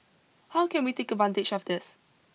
how can we take advantage of this